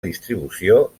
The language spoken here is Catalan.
distribució